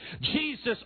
Jesus